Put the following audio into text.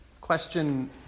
Question